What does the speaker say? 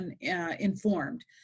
informed